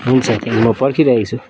हुन्छ ए म पर्खिरहेको छु